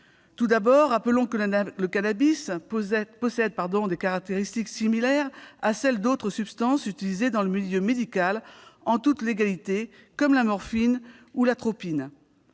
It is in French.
Tout d'abord, rappelons qu'il possède des caractéristiques similaires à celles d'autres substances utilisées dans le milieu médical en toute légalité, comme la morphine ou l'atropine.